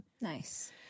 Nice